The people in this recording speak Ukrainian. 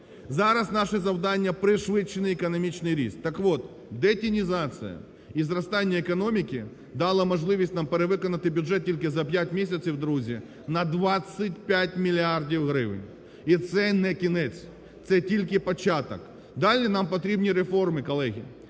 Зараз наше завдання – пришвидшений економічний ріст. Так от, детінізація і зростання економіки дали можливість нам перевиконати бюджет тільки за 5 місяців, друзі, на 25 мільярдів гривень. І це не кінець, це тільки початок. Далі нам потрібні реформи, колеги.